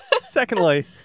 Secondly